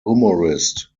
humorist